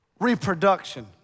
reproduction